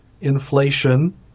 inflation